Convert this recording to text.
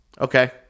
Okay